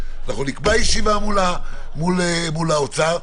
נקבע ישיבה מול האוצר,